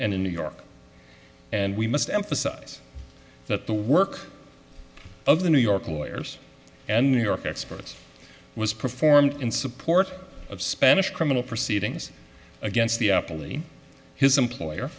and in new york and we must emphasize that the work of the new york lawyers and new york experts was performed in support of spanish criminal proceedings against the apple in his employer